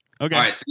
Okay